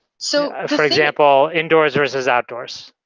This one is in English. so for example, indoors versus outdoors.